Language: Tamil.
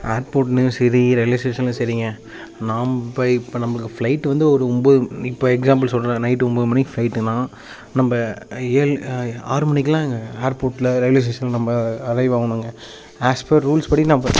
ஏர்போட்லையும் சரி ரயில்வேஸ்டேஷன்லையும் சரிங்க நாம்ப இப்போ நம்பளுக்கு ஃப்ளைட்டு வந்து ஒரு ஒம்பது இப்போ எக்ஸாம்பிள் சொல்லுறேன் நைட்டு ஒம்பது மணிக்கு ஃப்ளைட்டுனா நம்ப ஏழு ஆறு மணிக்குலாம் அங்கே ஏர்போட்டில ரயில்வேஸ்டேஷனில் நம்ப அரைவ் ஆவுணுங்க ஆஸ் பர் ரூல்ஸ் படி நம்ப